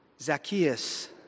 Zacchaeus